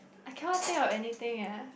I cannot think of anything eh